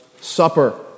Supper